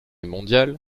mondial